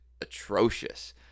atrocious